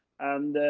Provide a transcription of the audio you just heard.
and.